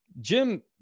Jim